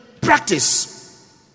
practice